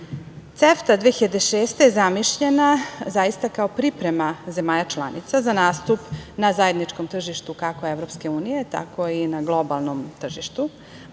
CEFTA 2006 je zamišljen kao priprema zemalja članica za nastup na zajedničkom tržištu, kako EU, tako i na globalnom tržištu,